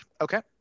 Okay